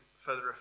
further